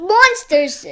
Monsters